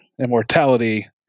immortality